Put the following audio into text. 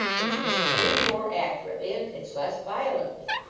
but you must aim more accurately and pitch less violently.